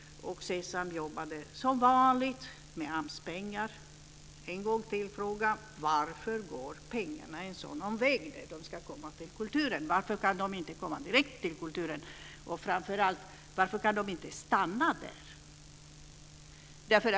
SESAM drevs, som brukligt är, med AMS pengar. Jag vill än en gång fråga varför pengarna går en sådan omväg när de ska till kulturen. Varför kan de inte komma direkt till kulturen? Framför allt undrar jag varför de inte kan stanna där.